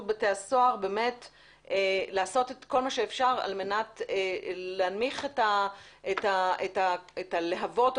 בתי הסוהר לעשות את כל מה שאפשר על מנת להנמיך את הלהבות או